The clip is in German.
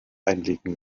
einlegen